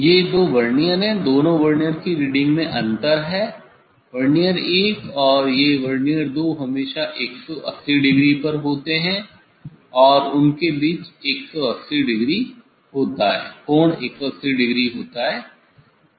ये दो वर्नियर हैं दोनों वर्नियर की रीडिंग में अंतर हैं वर्नियर 1 और ये वर्नियर 2 हमेशा 180 डिग्री पर होतें है उनके बीच कोण 180 डिग्री होता है